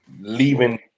leaving